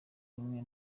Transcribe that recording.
rumwe